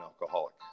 alcoholic